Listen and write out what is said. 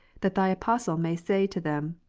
that thy apostle may say to them,